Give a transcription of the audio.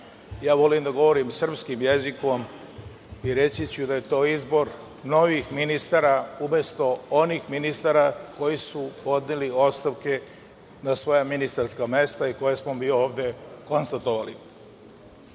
volim da govorim srpskim jezikom i reći ću da je to izbor novih ministara, umesto onih ministara koji su podneli ostavke na svoja ministarska mesta i koje smo mi ovde konstatovali.U